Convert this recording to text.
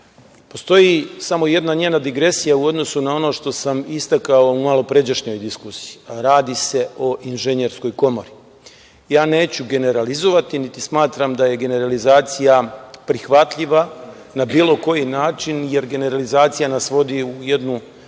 Postoji samo jedna njena digresija u odnosu na ono što sam istakao u malopređašnjoj diskusiji, a radi se o Inženjerskoj komori. Neću generalizovati, niti smatram da je generalizacija prihvatljiva na bilo koji način, jer generalizacija nas vodi u jednu